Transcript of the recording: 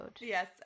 yes